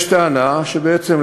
יש טענה שבעצם,